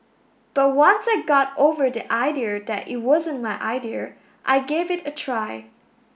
but once I got over the idea that it wasn't my idea I gave it a try